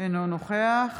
אינו נוכח